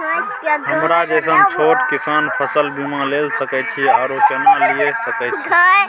हमरा जैसन छोट किसान फसल बीमा ले सके अछि आरो केना लिए सके छी?